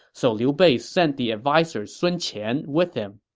so liu bei sent the adviser sun qian with him